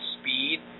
speed